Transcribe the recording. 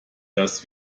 das